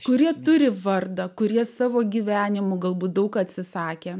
kurie turi vardą kurie savo gyvenimu galbūt daug atsisakė